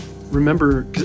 remember